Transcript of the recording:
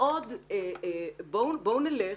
בואו נלך,